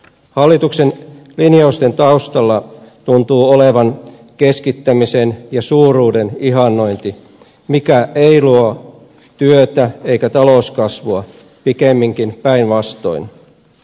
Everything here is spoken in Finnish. hallituksen linjausten taustalla tuntuu olevan keskittämisen ja suuruuden ihannointi joka ei luo työtä eikä talouskasvua pikemminkin päinvastoin